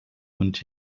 und